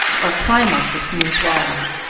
or climb up the smooth walls.